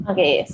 Okay